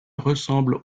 ressemble